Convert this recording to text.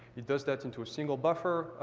it does that into a single buffer,